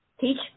teach